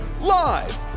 live